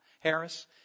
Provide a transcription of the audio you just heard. Harris